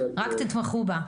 רק תתמכו בה.